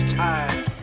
tired